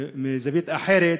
מזווית אחרת.